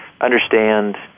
understand